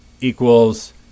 equals